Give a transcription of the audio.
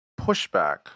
pushback